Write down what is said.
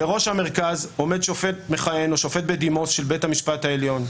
בראש המרכז עומד שופט מכהן או שופט בדימוס של בית המשפט העליון,